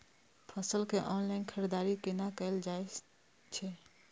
फसल के ऑनलाइन खरीददारी केना कायल जाय छै?